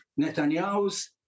Netanyahu's